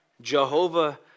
Jehovah